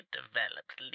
developed